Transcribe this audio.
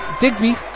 digby